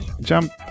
Jump